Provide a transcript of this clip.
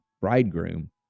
bridegroom